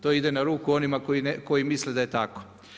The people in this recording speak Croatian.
To ide na ruku onima koji misle da je tako.